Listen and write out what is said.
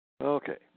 Okay